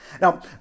Now